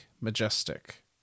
majestic